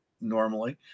normally